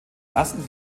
ersten